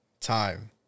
time